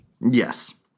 Yes